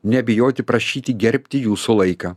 nebijoti prašyti gerbti jūsų laiką